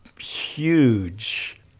huge